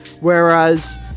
Whereas